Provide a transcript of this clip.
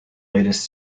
latest